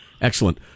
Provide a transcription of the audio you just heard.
Excellent